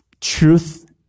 truth